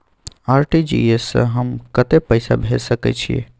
RTG S स हम कत्ते पैसा भेज सकै छीयै?